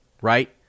Right